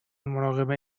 مراقب